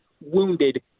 wounded